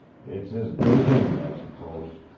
it's as good as any, i suppose.